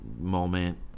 moment